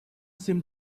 seemed